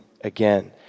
again